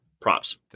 Props